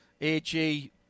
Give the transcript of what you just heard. AG